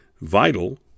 vital